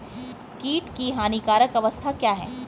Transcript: कीट की हानिकारक अवस्था क्या है?